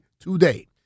today